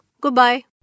goodbye